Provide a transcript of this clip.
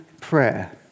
prayer